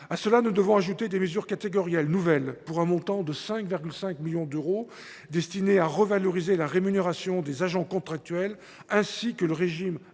À cela s’ajoutent des mesures catégorielles nouvelles, pour un montant de 5,5 millions d’euros, destinées à revaloriser la rémunération des agents contractuels ainsi que le régime